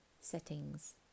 settings